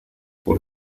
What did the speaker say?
por